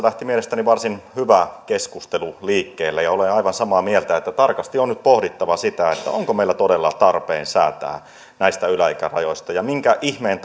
lähti mielestäni varsin hyvä keskustelu liikkeelle ja olen aivan samaa mieltä että tarkasti on nyt pohdittava sitä onko meillä todella tarpeen säätää näistä yläikärajoista ja minkä ihmeen